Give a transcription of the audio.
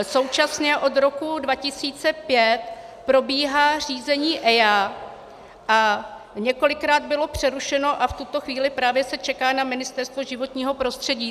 Současně od roku 2005 probíhá řízení EIA a několikrát bylo přerušeno a v tuto chvíli právě se čeká na Ministerstvo životního prostředí.